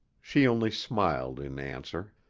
she only smiled in answer.